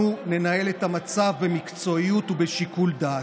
אנחנו ננהל את המצב במקצועיות ובשיקול דעת.